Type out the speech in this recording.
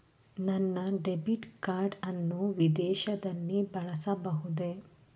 ನನ್ನ debit card ಅನ್ನು ವಿದೇಶದಲ್ಲಿ ಬಳಸಬಹುದೇ?